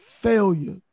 failure